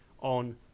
on